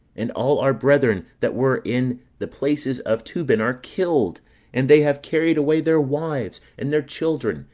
and all our brethren that were in the places of tubin, are killed and they have carried away their wives, and their children,